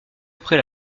après